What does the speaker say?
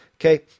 Okay